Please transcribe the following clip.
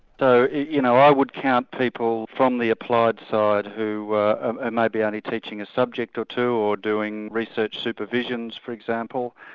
you know i would count people from the applied side who are and maybe only teaching a subject or two, or doing research supervisions for example,